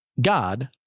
God